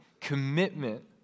commitment